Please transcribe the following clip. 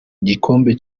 igikombe